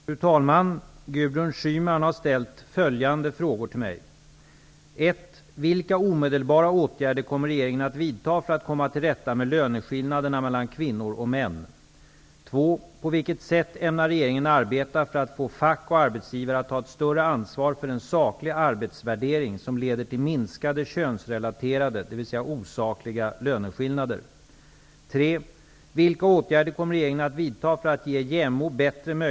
Fru talman! Gudrun Schyman har ställt följande frågor till mig: 2. På vilket sätt ämnar regeringen arbeta för att få fack och arbetsgivare att ta ett större ansvar för en saklig arbetsvärdering som leder till minskade könsrelaterade, dvs. osakliga, löneskillnader?